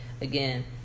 again